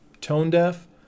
tone-deaf